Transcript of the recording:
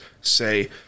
say